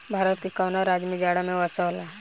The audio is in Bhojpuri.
भारत के कवना राज्य में जाड़ा में वर्षा होला?